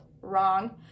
Wrong